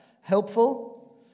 Helpful